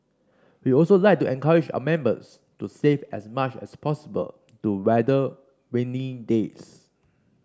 we also like to encourage our members to save as much as possible to weather rainy days